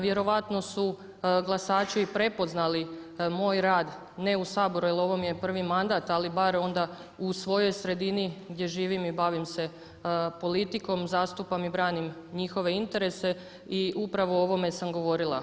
Vjerojatno su glasači prepoznali moj rad, ne u Saboru jer ovo mi je prvi mandat, ali bar onda u svojoj sredini gdje živim i bavim se politikom, zastupam i branim njihove interese i upravo o ovome sam govorila.